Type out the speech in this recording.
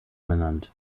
benannt